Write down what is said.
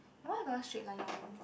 why I got no straight line one